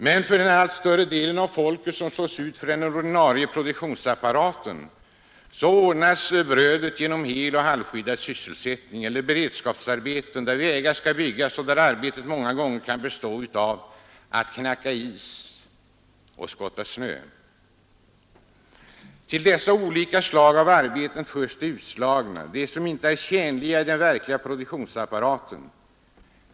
Men för den allt större del av folket som slås ut ur den ordinarie produktionsapparaten ordnas brödet genom heloch halvskyddad sysselsättning eller genom beredskapsarbeten, där vägar skall byggas och där arbetet många gånger kan bestå av att knacka is och skotta snö. Till dessa olika slag av arbeten förs de utslagna, de som inte är tjänliga i den verkliga produktionsapparaten.